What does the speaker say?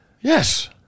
Yes